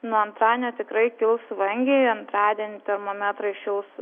nuo antradienio tikrai kils vangiai antradienį termometrai šils